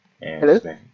hello